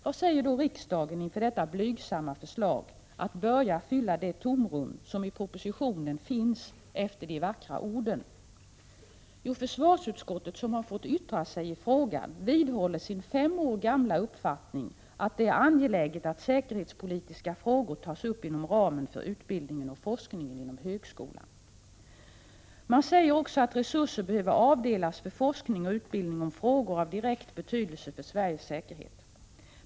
Vad säger då riksdagen inför detta blygsamma förslag att börja fylla det tomrum som i propositionen finns efter de vackra orden? Jo, försvarsutskottet, som har fått yttra sig i frågan, vidhåller sin fem år gamla uppfattning att det är angeläget att säkerhetspolitiska frågar tas upp inom ramen för utbildningen och forskningen inom högskolan. Man säger också att resurser behöver avdelas för forskning och utbildning om frågor av direkt betydelse för Sveriges säkerhet.